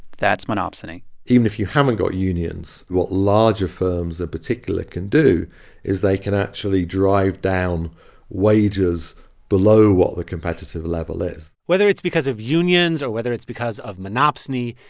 that's monopsony even if you haven't got unions, what larger firms in particular can do is they can actually drive down wages below what the competitive level is whether it's because of unions or whether it's because of monopsony,